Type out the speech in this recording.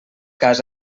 cas